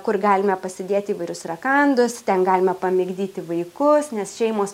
kur galime pasidėt įvairius rakandus ten galima pamigdyti vaikus nes šeimos